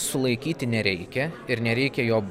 sulaikyti nereikia ir nereikia jo